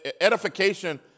edification